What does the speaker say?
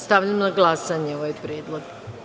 Stavljam na glasanje ovaj predlog.